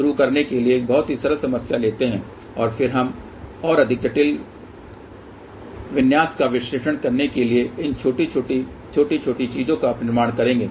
शुरू करने के लिए एक बहुत ही सरल समस्या लेते है और फिर हम और अधिक जटिल विन्यास का विश्लेषण करने के लिए इन छोटी छोटी छोटी छोटी चीजों का निर्माण करेंगे